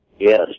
Yes